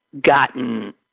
gotten